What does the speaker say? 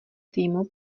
týmu